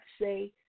say